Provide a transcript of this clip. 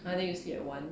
I think you sleep at one